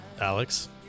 Alex